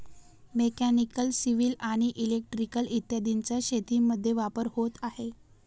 mechanical, civil आणि electrical इत्यादींचा शेतीमध्ये वापर होत आहे